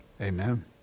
Amen